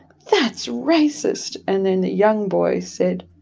that's racist. and then the young boy said,